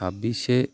ᱪᱷᱟᱵᱽᱵᱤᱥᱮ